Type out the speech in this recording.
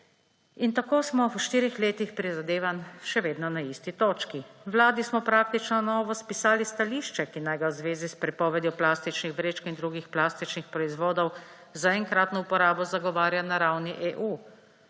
In tako smo v štirih letih prizadevanj še vedno na isti točki. Vladi smo praktično na novo spisali stališče, ki naj ga v zvezi s prepovedjo plastičnih vrečk in drugih plastičnih proizvodov za enkratno uporabo zagovarja na ravni EU.